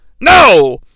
No